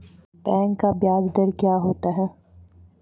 Bank का ब्याज दर क्या होता हैं?